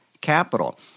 Capital